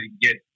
get